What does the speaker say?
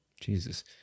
Jesus